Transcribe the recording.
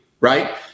Right